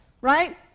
right